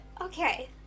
Okay